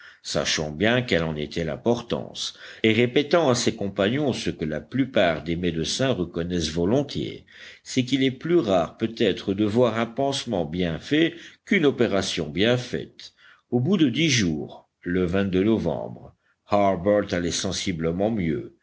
sachant bien quelle en était l'importance et répétant à ses compagnons ce que la plupart des médecins reconnaissent volontiers c'est qu'il est plus rare peut-être de voir un pansement bien fait qu'une opération bien faite au bout de dix jours le novembre harbert allait sensiblement mieux